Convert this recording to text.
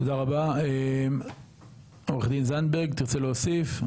תודה רבה, עו"ד זנדברג תרצה להוסיף?